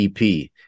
EP